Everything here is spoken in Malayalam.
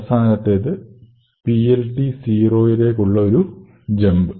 അവസാനത്തേത് PLT0 യിലേക്കുള്ള ഒരു ജമ്പ്